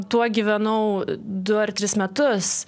tuo gyvenau du ar tris metus